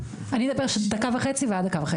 אני אדבר דקה וחצי ואת דקה וחצי.